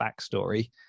backstory